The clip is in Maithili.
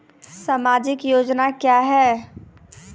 समाजिक योजना क्या हैं?